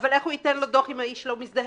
אבל איך הוא ייתן לו דוח אם האיש לא מזדהה?